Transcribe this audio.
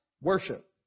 Worship